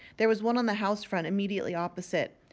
there was one on the house-front immediately opposite.